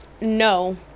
No